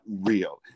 real